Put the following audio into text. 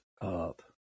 up